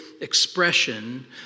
expression